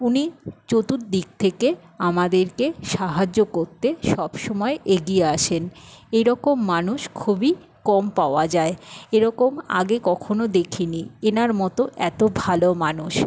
উনি চতুর্দিক থেকে আমাদেরকে সাহায্য করতে সবসময় এগিয়ে আসেন এরকম মানুষ খুবই কম পাওয়া যায় এরকম আগে কখনো দেখিনি এনার মতো এত ভালো মানুষ